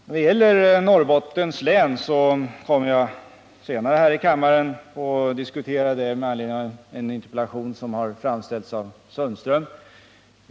Förhållandena inom Norrbottens län kommer jag att diskutera senare med anledning av en interpellation av Sten-Ove Sundström.